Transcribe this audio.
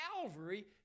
Calvary